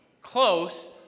close